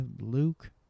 Luke